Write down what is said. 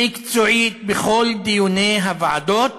מקצועית, בכל דיוני הוועדות